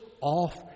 off